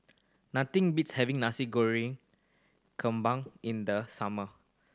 nothing beats having Nasi Goreng in the summer